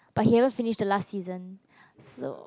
but here finish the last season so